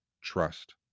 trust